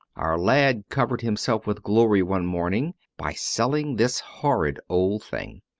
our lad covered himself with glory one morning, by selling this horrid old thing.